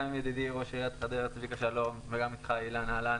גם עם ידידי ראש עיריית חדרה צביקה וגם עם אילן שדה.